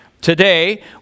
Today